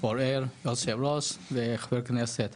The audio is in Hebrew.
פורר וחברי הכנסת.